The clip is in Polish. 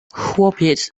chłopiec